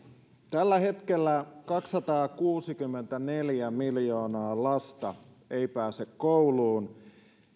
tällä hetkellä kaksisataakuusikymmentäneljä miljoonaa lasta ei pääse kouluun